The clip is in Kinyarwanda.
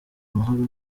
amahoro